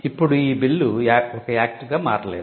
ఇప్పుడు ఈ బిల్లు ఒక యాక్ట్ గా మారలేదు